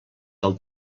del